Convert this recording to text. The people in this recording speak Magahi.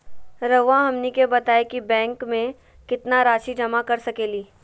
रहुआ हमनी के बताएं कि बैंक में कितना रासि जमा कर सके ली?